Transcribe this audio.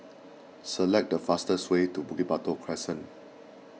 select the fastest way to Bukit Batok Crescent